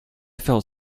felt